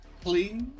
please